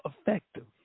effective